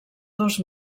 dos